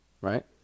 right